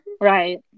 Right